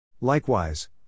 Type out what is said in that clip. Likewise